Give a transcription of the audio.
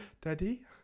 daddy